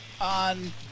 on